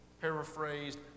paraphrased